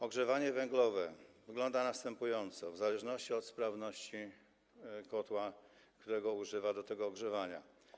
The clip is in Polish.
Ogrzewanie węglowe wygląda następująco, w zależności od sprawności kotła, którego używa się do tego ogrzewania.